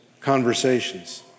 conversations